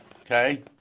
okay